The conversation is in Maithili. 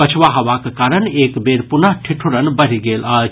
पछवा हवाक कारण एक बेर पुनः ठिठुरन बढ़ि गेल अछि